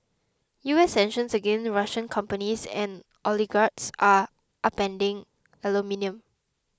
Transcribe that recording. U S sanctions against Russian companies and oligarchs are upending aluminium